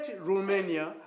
Romania